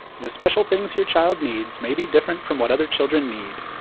the special things your child needs may be different from what other children need.